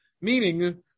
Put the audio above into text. meaning